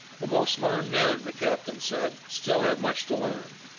the most learned men, the captain said, still have much to learn.